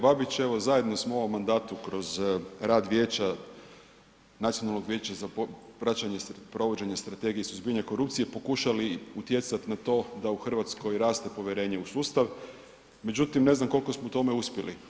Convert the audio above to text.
Kolega Babić evo zajedno smo u ovom mandatu kroz rad Nacionalnog vijeća za praćenje provođenja Strategije suzbijanja korupcije pokušali utjecat na to da u Hrvatskoj raste povjerenje u sustav, međutim ne znam koliko smo u tome uspjeli.